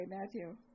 Matthew